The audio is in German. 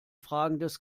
fragendes